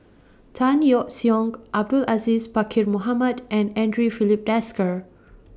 Tan Yeok Seong Abdul Aziz Pakkeer Mohamed and Andre Filipe Desker